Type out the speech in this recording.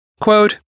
Quote